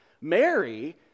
Mary